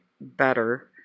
better